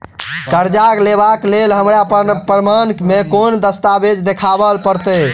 करजा लेबाक लेल हमरा प्रमाण मेँ कोन दस्तावेज देखाबऽ पड़तै?